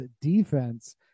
defense